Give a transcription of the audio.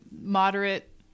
moderate